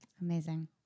Amazing